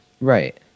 Right